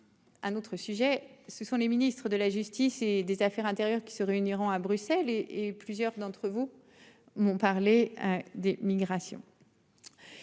Un autre sujet ce sont les ministres de la Justice et des affaires intérieures qui se réuniront à Bruxelles et et plusieurs d'entre vous m'ont parlé des migrations.